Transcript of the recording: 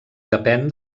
depèn